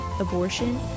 abortion